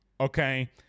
okay